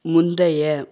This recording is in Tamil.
முந்தைய